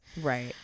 Right